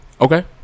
Okay